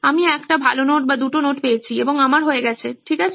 আমি একটি ভাল নোট বা দুটি নোট পেয়েছি এবং আমার হয়ে গেছে ঠিক আছে